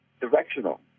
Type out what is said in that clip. directional